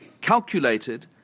calculated